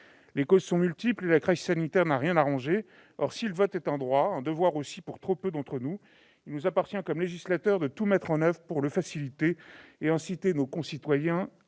Les causes sont multiples et la crise sanitaire n'a rien arrangé. Or, si le vote est un droit- un devoir aussi, pour trop peu d'entre nous -, il nous appartient comme législateurs de tout mettre en oeuvre pour en faciliter l'exercice et inciter nos concitoyens